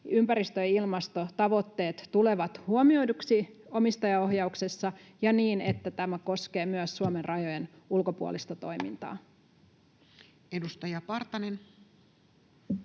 ympäristö- ja ilmastotavoitteet tulevat huomioiduiksi omistajaohjauksessa ja niin, että tämä koskee myös Suomen rajojen ulkopuolista toimintaa. [Speech